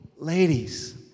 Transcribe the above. Ladies